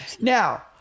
Now